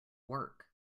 work